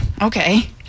Okay